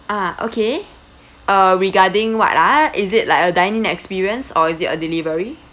ah okay uh regarding what ah is it like a dining experience or is it a delivery